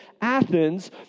Athens